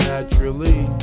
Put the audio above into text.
Naturally